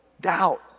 Doubt